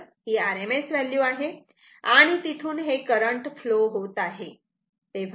तर ही RMS value आहे आणि तिथून हे करंट फ्लो होत आहे